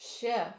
shift